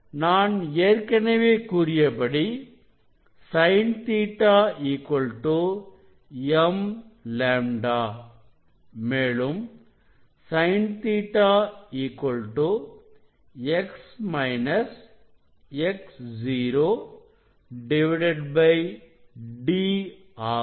நான் ஏற்கனவே கூறியபடி Sin Ɵ m λ மேலும் Sin Ɵ X X0D ஆகும்